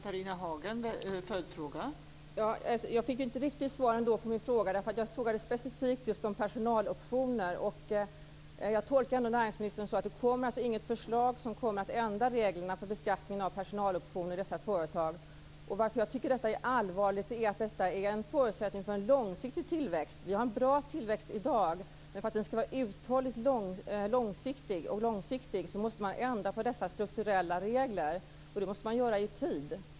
Fru talman! Jag fick ändå inte riktigt svar på min fråga. Jag frågade specifikt just om personaloptioner. Jag tolkar näringsministern så, att det inte kommer något förslag som kommer att ändra reglerna för beskattning av personaloptioner i dessa företag. Anledningen till att jag tycker att detta är allvarligt är att det är en förutsättning för en långsiktig tillväxt. Vi har en bra tillväxt i dag, men för att den skall vara uthållig och långsiktig måste man ändra på dessa strukturella regler. Det måste man göra i tid.